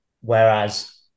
whereas